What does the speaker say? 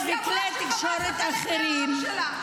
הסגירה הזו היא גם התחלה של יישום,